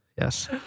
Yes